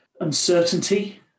uncertainty